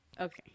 Okay